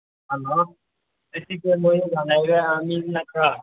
hello ꯑꯁꯤꯗ ꯅꯣꯏ ꯅꯣꯏ ꯅꯠꯇ꯭ꯔꯥ